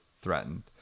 threatened